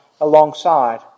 alongside